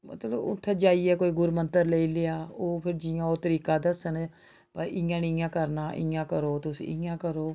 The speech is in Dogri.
मतलब उत्थै जाइयै कोई गुरु मैंत्तर लेई लेआ ओह् फ्ही जि'यां ओह् तरीका दस्सन भाई इ'यां निं इ'यां करना इ'यां करो तुस इ'यां करो